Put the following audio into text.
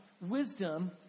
wisdom